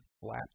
Flat